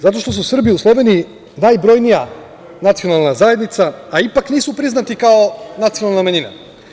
Zato što su Srbiji u Sloveniji najbrojnija nacionalna zajednica, a ipak nisu priznati kao nacionalna manjina.